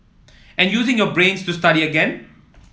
and using your brains to study again